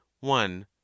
one